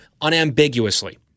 unambiguously